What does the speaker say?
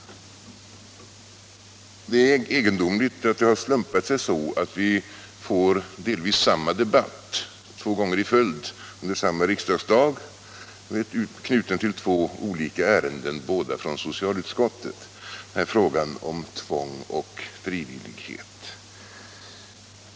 Det är egendomligt att det har slumpat sig så att vi under samma riksdagsdebatt får delvis samma debatt två gånger i följd, knuten till två olika ärenden, båda från socialutskottet, nämligen i den här frågan om tvång och frivillighet.